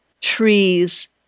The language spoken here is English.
trees